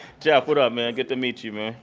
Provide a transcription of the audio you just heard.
jeff, what up, man! good to meet you, man